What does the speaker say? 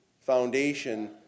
foundation